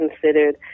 considered